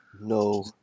No